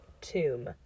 tomb